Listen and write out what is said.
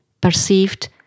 perceived